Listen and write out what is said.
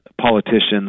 politicians